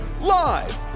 live